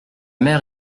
mer